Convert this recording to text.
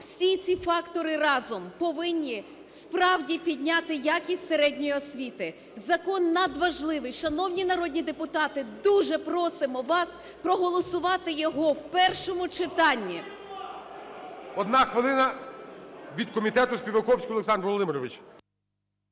Всі ці фактори разом повинні, справді, підняти якість середньої освіти. Закон надважливий. Шановні народні депутати, дуже просимо вас проголосувати його в першому читанні. (Шум у залі) ГОЛОВУЮЧИЙ. Одна хвилина, від комітету Співаковський Олександр Володимирович.